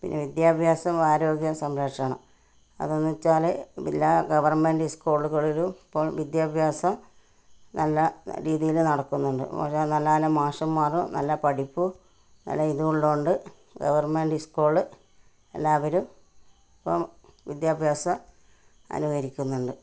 പിന്നെ വിദ്യാഭ്യാസം ആരോഗ്യം സംരക്ഷണം അതെന്നു വെച്ചാൽ എല്ലാ ഗവർമെൻറ്റ് സ്കൂളുകളിലും ഇപ്പോൾ വിദ്യാഭ്യാസം നല്ല രീതിയിൽ നടക്കുന്നുണ്ട് ഓരോ നല്ല നല്ല മാഷുമാരും നല്ല പഠിപ്പും നല്ല ഇതും ഉള്ളതുകൊണ്ട് ഗവർമെൻറ്റ് സ്കൂൾ എല്ലാവരും ഇപ്പോൾ വിദ്യാഭ്യാസം അനുകരിക്കുന്നുണ്ട്